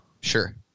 Sure